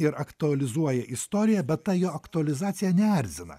ir aktualizuoja istoriją bet ta jo aktualizacija neerzina